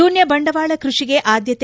ಶೂನ್ನ ಬಂಡವಾಳ ಕ್ಷಷಿಗೆ ಆದ್ನತೆ